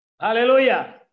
hallelujah